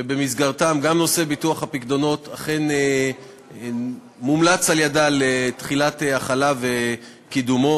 שבמסגרתן גם נושא ביטוח הפיקדונות אכן מומלץ לתחילת החלה וקידום.